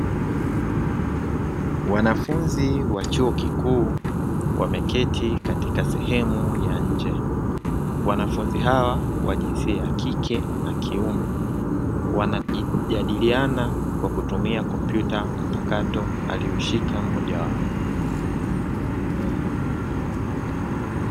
Wanafunzi wa chuo kikuu wameketi katika sehemu ya nje, wanafunzi hawa wa jinsia ya kike na kiume wanajadiliana kwa kutumia kompyuta mpakato aliyoshika mmoja wao.